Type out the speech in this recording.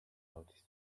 noticed